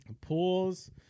pools